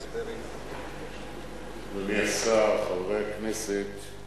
תודה רבה, חברי הכנסת,